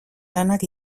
lanak